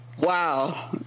Wow